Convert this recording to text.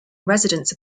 residence